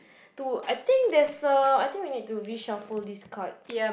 to I think there's a I think we need to reshuffle these cards